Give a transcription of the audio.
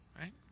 Right